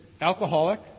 alcoholic